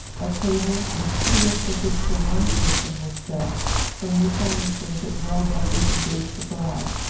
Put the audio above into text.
a table, with tea-equipage for one person, was set from which i inferred that welbeck was engaged abroad.